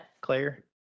Claire